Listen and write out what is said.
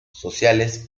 sociales